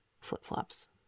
flip-flops